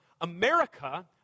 America